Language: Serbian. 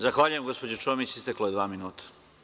Zahvaljujem, gospođo Čomić, isteklo je dva minuta.